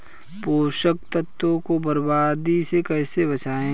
पोषक तत्वों को बर्बादी से कैसे बचाएं?